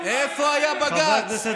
איפה היה בג"ץ?